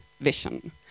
vision